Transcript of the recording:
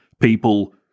people-